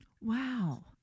Wow